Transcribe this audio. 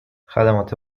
خدمات